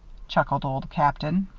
chuckled old captain.